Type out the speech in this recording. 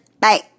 bye